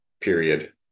period